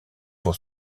pour